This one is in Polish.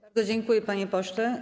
Bardzo dziękuję, panie pośle.